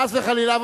חס וחלילה.